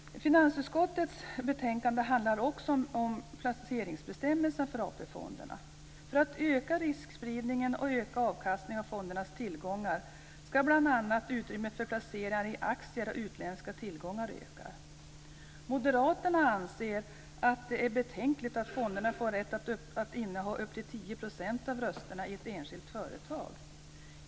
Finansutskottets betänkande behandlar också placeringsbestämmelser för AP fonderna. För att öka riskspridningen och avkastningen av fondernas tillgångar ska bl.a. utrymmet för placeringar i aktier och utländska tillgångar utökas. Moderaterna anser att det är betänkligt att fonderna får rätt att inneha upp till 10 % av rösterna i ett enskilt företag.